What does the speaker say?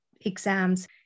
exams